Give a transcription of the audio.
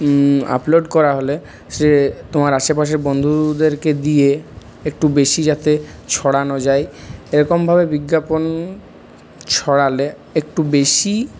upload করা হলে সে তোমার আশেপাশে বন্ধুদেরকে দিয়ে একটু বেশি যাতে ছড়ানো যায় এরকমভাবে বিজ্ঞাপন ছড়ালে একটু বেশি